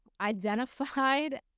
identified